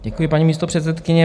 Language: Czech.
Děkuji, paní místopředsedkyně.